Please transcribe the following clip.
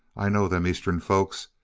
i know them eastern folks,